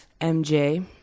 MJ